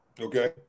Okay